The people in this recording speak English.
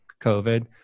COVID